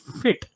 fit